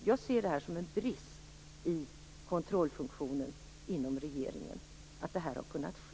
Jag ser det som en brist i kontrollfunktionen inom regeringen att detta har kunnat ske.